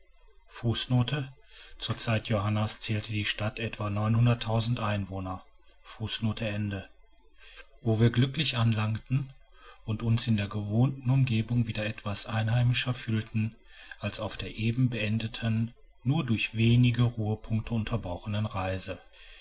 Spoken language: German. wo wir glücklich anlangten und uns in den gewohnten umgebungen wieder etwas einheimischer fühlten als auf der eben beendeten nur durch wenige ruhepunkte unterbrochenen reise